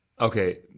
okay